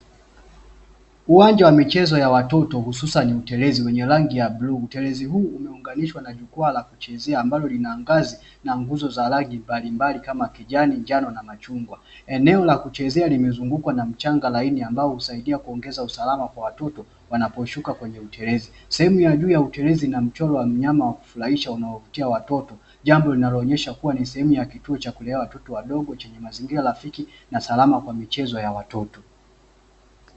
Uwanja wa michezo ya watoto hususani utelezi wenye rangi ya bluu. utelezi huu umeunganishwa na jukwaa la kuchezea ambalo lina ngazi mbalimbali kama kijani, na nguzo mbalimbali kama njano pamoja na machungwa ambalo eneo limezungukwa na mchanga laini ambao husaidia kuongeza usalama kwa watoto wanaposhuka kwenye utelezi. sehemu ya juu ya utelezi kuna mchoro wa mnyama unaofurahisha na unaowavutia watoto. hii inaonesha kuwa ni sehemu ya kulelea watoto wadogo chenye mazingira rafiki na salama kwa michezo ya watoto.